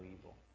evil